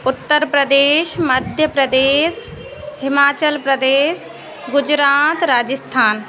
Uttar Pradesh Madhya Pradesh Himachal Pradesh Gujarat Rajasthan